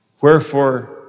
Wherefore